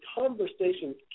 conversations